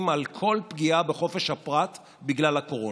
על כל פגיעה בחופש הפרט בגלל הקורונה.